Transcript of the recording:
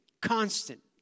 constant